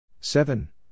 Seven